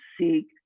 seek